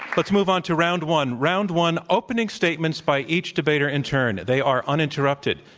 let's move on to round one. round one, opening statements by each debater in turn. they are uninterrupted.